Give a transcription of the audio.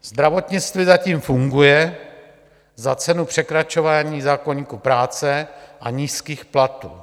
Zdravotnictví zatím funguje za cenu překračování zákoníku práce a nízkých platů.